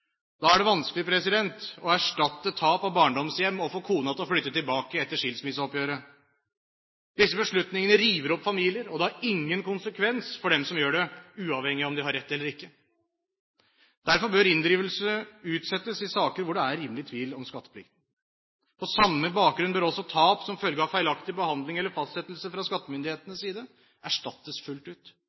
Da er det vanskelig å erstatte tap av barndomshjemmet og få kona til å flytte tilbake etter skilsmisseoppgjøret. Disse beslutningene river opp familier, og det får ingen konsekvenser for dem som gjør det – uavhengig av om de har rett eller ikke. Derfor bør inndrivelse utsettes i saker hvor det er rimelig tvil om skatteplikten. På samme bakgrunn bør også tap som følge av feilaktig behandling eller fastsettelse fra skattemyndighetenes side, erstattes fullt ut.